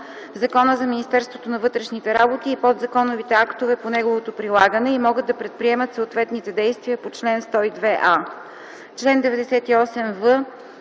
Закона за Министерството на вътрешните работи и подзаконовите актове по неговото прилагане и могат да предприемат съответните действия по чл. 102а.